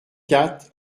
quatre